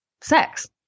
sex